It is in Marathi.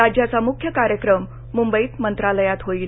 राज्याचा मुख्य कार्यक्रम मुंबईत मंत्रालयात होईल